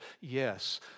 Yes